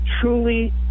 truly